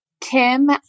Kim